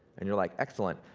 and you're like, excellent,